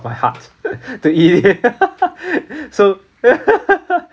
my heart to eat it so